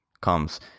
comes